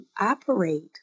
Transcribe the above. operate